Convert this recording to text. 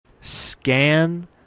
scan